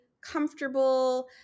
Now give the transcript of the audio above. comfortable